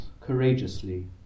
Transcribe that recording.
courageously